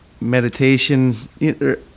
meditation